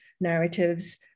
narratives